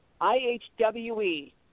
IHWE